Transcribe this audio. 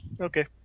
okay